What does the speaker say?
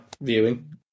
viewing